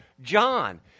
John